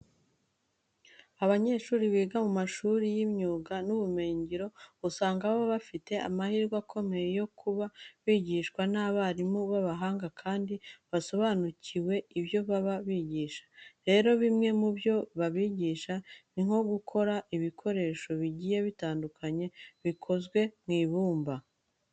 Abanyeshuri biga mu mashuri y'imyuga n'ubumenyingiro, usanga baba bafite amahirwe akomeye yo kuba bigishwa n'abarimu b'abahanga kandi basobanukiwe ibyo baba bigisha. Rero bimwe mu byo babigisha ni nko gukora ibikoresho bigiye bitandukanye bukozwe mu ibumba.